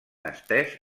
estès